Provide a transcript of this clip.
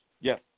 Yes